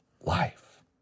life